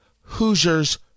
Hoosiers